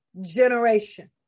generation